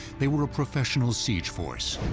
they were a professional siege force,